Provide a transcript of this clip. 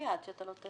במליאה עד שלא תאשר.